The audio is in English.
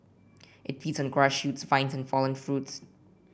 it feeds on grass shoots vines and fallen fruits